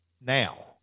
now